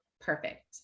perfect